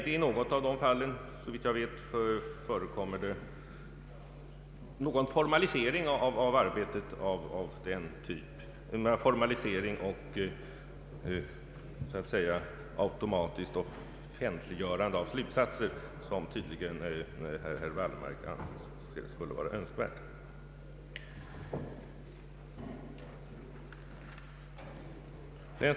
Inte i något av dessa fall förekommer, såvitt jag vet, någon formalisering och något så att säga automatiskt offentliggörande av slutsatser på det sätt som herr Wallmark tydligen anser önskvärt.